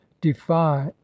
defy